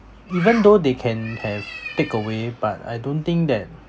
even though they can have takeaway but I don't think that